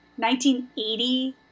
1980